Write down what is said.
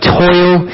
toil